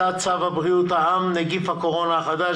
הצעת צו בריאות העם (נגיף הקורונה החדש)